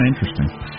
interesting